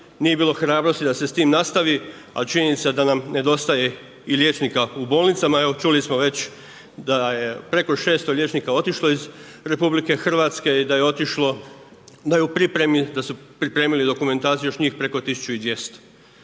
nije bilo hrabrosti da se s tim nastavi ali činjenica da nam nedostaje i liječnika u bolnicama. Evo čuli smo već da je preko 600 liječnika otišlo iz RH i da su pripremili dokumentaciju još njih preko 1200.